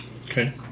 Okay